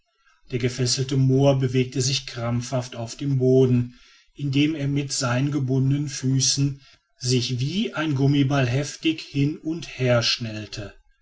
der gefesselte moa bewegte sich krampfhaft auf dem boden indem er mit seinen gebundenen füßen sich wie ein gummiball heftig hin und herschnellte